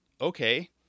okay